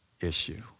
issue